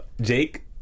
Jake